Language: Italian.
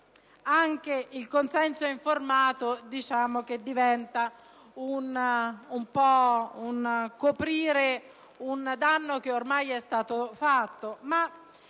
con il consenso informato si cerca un po' di coprire un danno che ormai é stato fatto.